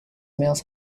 males